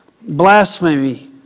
Blasphemy